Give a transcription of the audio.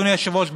אדוני היושב-ראש,